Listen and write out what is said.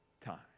time